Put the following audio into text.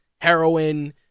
heroin